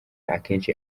akenshi